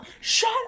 shut